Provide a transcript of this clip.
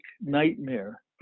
nightmare